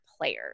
players